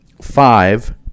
five